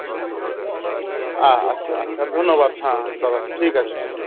হ্যাঁ আচ্ছা আচ্ছা ধন্যবাদ হ্যাঁ দাদা ঠিক আছে হুম হুম